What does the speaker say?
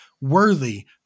worthy